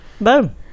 Boom